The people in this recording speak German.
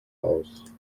raus